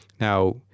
Now